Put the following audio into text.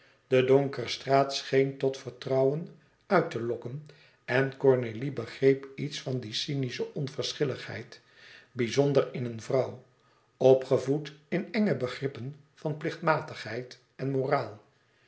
de donkere straat scheen tot vertrouwen uit te lokken en cornélie begreep iets van die cynische onverschilligheid bizonder in eene vrouw opgevoed in enge begrippen van plichtmatigheid en moraal